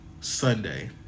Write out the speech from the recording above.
Sunday